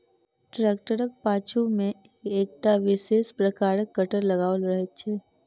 ट्रेक्टरक पाछू मे एकटा विशेष प्रकारक कटर लगाओल रहैत छै